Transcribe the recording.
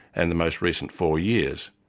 and the most recent four years.